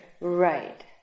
Right